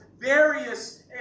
various